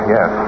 Yes